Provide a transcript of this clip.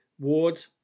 Ward